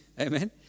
Amen